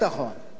בתקציב הביטחון.